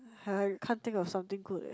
I can't think of something good eh